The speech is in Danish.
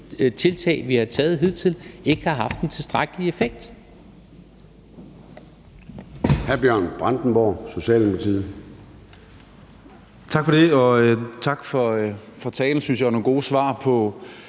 tiltag, vi har taget hidtil, ikke har haft den tilstrækkelige effekt.